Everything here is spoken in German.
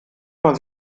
man